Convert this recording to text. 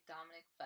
Dominic